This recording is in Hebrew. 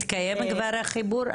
התקיים כבר החיבור?